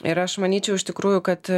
ir aš manyčiau iš tikrųjų kad